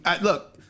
look